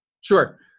Sure